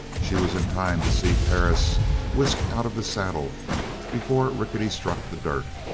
she was in time to see perris whisk out of the saddle before rickety struck the dirt.